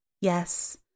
Yes